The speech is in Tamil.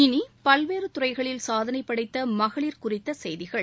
இனி பல்வேறு துறைகளில் சாதனை படைத்த மகளிர் குறித்த செய்திகள்